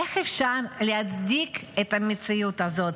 איך אפשר להצדיק את המציאות הזאת?